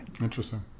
Interesting